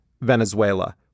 Venezuela